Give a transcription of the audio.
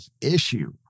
issue